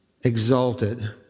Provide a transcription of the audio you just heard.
exalted